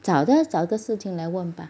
找个找个事情来问吧